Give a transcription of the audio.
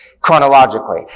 chronologically